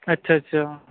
ਅੱਛਾ ਅੱਛਾ